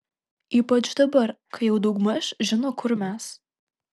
ypač dabar kai jau daugmaž žino kur mes